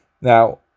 Now